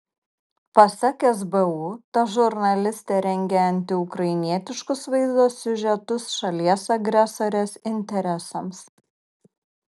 pasak sbu ta žurnalistė rengė antiukrainietiškus vaizdo siužetus šalies agresorės interesams